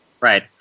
Right